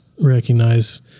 recognize